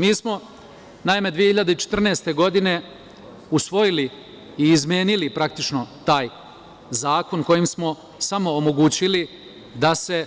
Mi smo, naime, 2014. godine usvojili i izmenili praktično taj zakon kojim smo samo omogućili da se